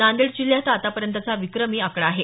नांदेड जिल्ह्यात हा आतापर्यंतचा विक्रमी आकडा आहे